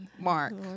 Mark